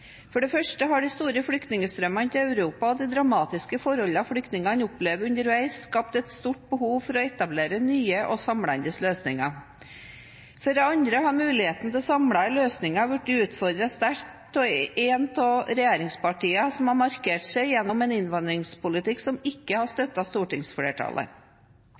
For det første har de store flyktningstrømmene til Europa og de dramatiske forholdene flyktningene opplever underveis, skapt et stort behov for å etablere nye og samlende løsninger. For det andre har muligheten til samlende løsninger blitt utfordret sterkt av ett av regjeringspartiene, som har markert seg gjennom en innvandringspolitikk som ikke har støtte i stortingsflertallet.